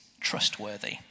trustworthy